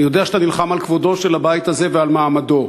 אני יודע שאתה נלחם על כבודו של הבית הזה ועל מעמדו.